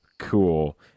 cool